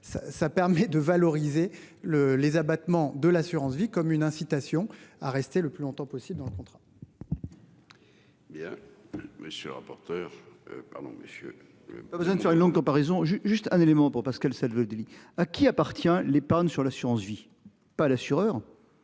ça permet de valoriser le les abattements de l'assurance-vie comme une incitation à rester le plus longtemps possible dans le contrat. Bien monsieur le rapporteur, pardon messieurs. Besoin de faire une longue comparaison j'ai juste un élément pour Pascal Salvodelli à qui appartient l'épargne sur l'assurance-vie pas l'assureur.